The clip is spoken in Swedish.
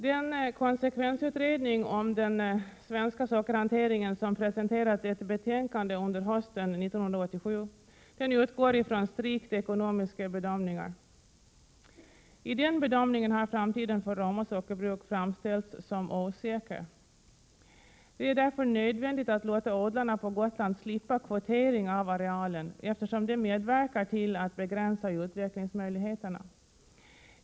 Den konsekvensutredning om den svenska sockerhanteringen som presenterat ett betänkande under hösten 1987 utgår från strikt ekonomiska bedömningar. I den bedömningen har framtiden för Roma sockerbruk framställts som osäker. Det är därför nödvändigt att låta odlarna på Gotland slippa kvotering av arealen, eftersom detta medverkar till att begränsa utvecklingsmöjligheterna.